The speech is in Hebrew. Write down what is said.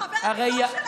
חבר הכי טוב שלה.